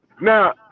Now